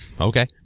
Okay